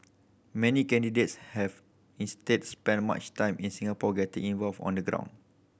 many candidates have instead spent much time in Singapore getting involved on the ground